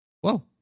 Whoa